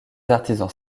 artisans